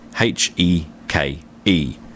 h-e-k-e